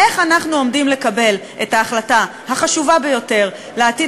איך אנחנו עומדים לקבל את ההחלטה החשובה ביותר לעתיד